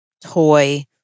toy